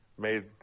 made